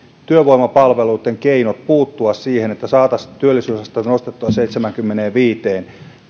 työvoimapalveluitten keinot puuttua siihen että saataisiin työllisyysaste nostettua seitsemäänkymmeneenviiteen